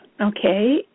Okay